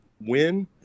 win